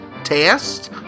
test